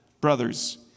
brothers